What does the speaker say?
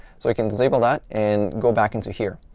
so we can disable that and go back into here.